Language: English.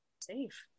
safe